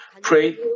pray